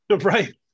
Right